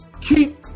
Keep